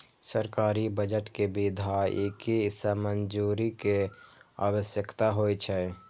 सरकारी बजट कें विधायिका सं मंजूरी के आवश्यकता होइ छै